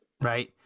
Right